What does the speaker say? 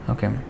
Okay